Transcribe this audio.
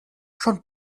schon